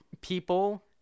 people